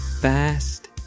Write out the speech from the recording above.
fast